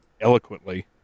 eloquently